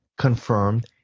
confirmed